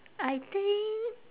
I think